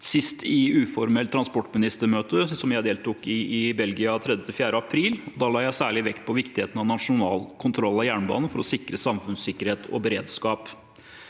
sist i uformelt transportministermøte, som jeg deltok på i Belgia 3.– 4. april. Da la jeg særlig vekt på viktigheten av nasjonal kontroll over jernbanen for å sikre samfunnssikkerhet og beredskap.